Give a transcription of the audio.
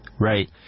right